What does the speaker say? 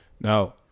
Now